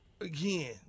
again